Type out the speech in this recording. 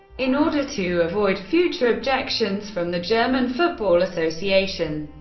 in order to avoid future objections from the german football association,